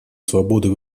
свободы